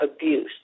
abuse